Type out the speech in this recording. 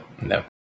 No